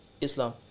Islam